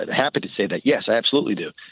and happy to say that. yes, i absolutely do.